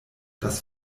das